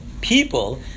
people